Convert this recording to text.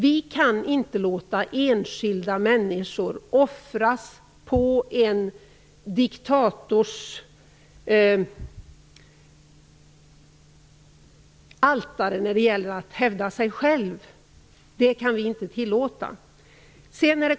Vi kan inte låta enskilda människor offras på en diktators altare för att denne skall hävda sig själv. Det kan vi inte tillåta.